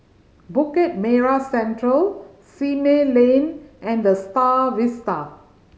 Bukit Merah Central Simei Lane and The Star Vista